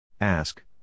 Ask